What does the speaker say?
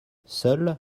seul